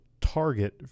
target